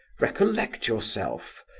recollect yourself!